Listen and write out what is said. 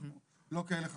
אנחנו לא כאלה חכמים.